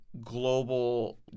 global